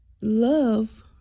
love